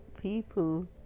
people